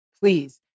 please